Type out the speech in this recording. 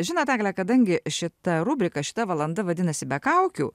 žinot egle kadangi šita rubrika šita valanda vadinasi be kaukių